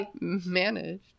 managed